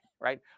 Right